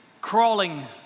crawling